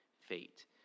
fate